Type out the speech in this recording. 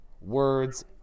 words